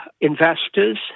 investors